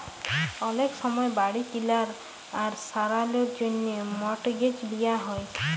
অলেক সময় বাড়ি কিলার বা সারালর জ্যনহে মর্টগেজ লিয়া হ্যয়